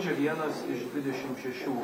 čia vienas iš dvidešim šešių